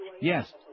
Yes